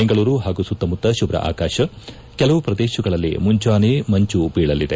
ಬೆಂಗಳೂರು ಹಾಗೂ ಸುತ್ತಮುತ್ತ ಶುಭ್ಧ ಆಕಾಶ ಕೆಲವು ಪ್ರದೇಶಗಳಲ್ಲಿ ಮುಂಜಾನೆ ಮಂಜು ಬೀಳಲಿದೆ